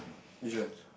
which one